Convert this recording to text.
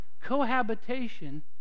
cohabitation